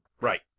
Right